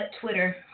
Twitter